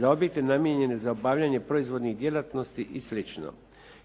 za objekte namijenjene za obavljanje proizvodnih djelatnosti i slično.